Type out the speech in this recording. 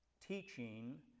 teaching